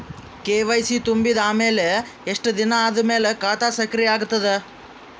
KYC ತುಂಬಿದ ಅಮೆಲ ಎಷ್ಟ ದಿನ ಆದ ಮೇಲ ಖಾತಾ ಸಕ್ರಿಯ ಅಗತದ?